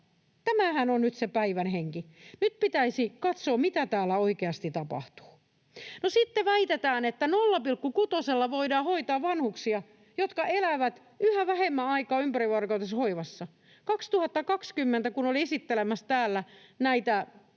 Tämähän on nyt se päivän henki. Nyt pitäisi katsoa, mitä täällä oikeasti tapahtuu. Sitten väitetään, että 0,6:lla voidaan hoitaa vanhuksia, jotka elävät yhä vähemmän aikaa ympärivuorokautisessa hoivassa. Kun olin 2020 esittelemässä täällä näitä